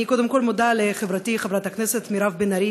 אני קודם כול מודה לחברתי חברת הכנסת מירב בן ארי